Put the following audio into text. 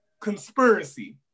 conspiracy